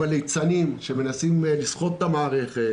ליצנים שמנסים לסחוט את המערכת,